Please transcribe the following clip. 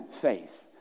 faith